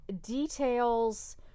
details